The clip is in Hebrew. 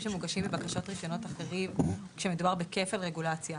שמוגשים בבקשות לרישיונות אחרים כשמדובר בכפל רגולציה,